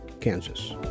Kansas